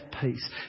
peace